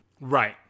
Right